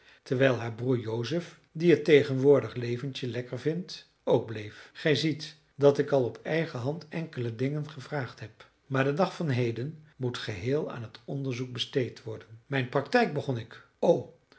terwijl haar broer joseph die het tegenwoordig leventje lekker vindt ook bleef gij ziet dat ik al op eigen hand enkele dingen gevraagd heb maar de dag van heden moet geheel aan het onderzoek besteed worden mijn praktijk begon ik o